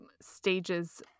stages